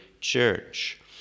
church